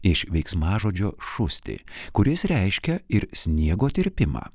iš veiksmažodžio šusti kuris reiškia ir sniego tirpimą